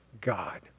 God